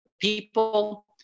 people